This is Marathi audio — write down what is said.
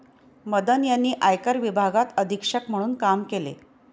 मदन यांनी आयकर विभागात अधीक्षक म्हणून काम केले